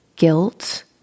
guilt